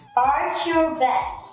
arch your back